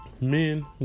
men